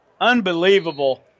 Unbelievable